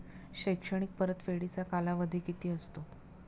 शैक्षणिक परतफेडीचा कालावधी किती असतो?